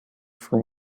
from